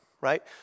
right